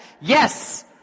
Yes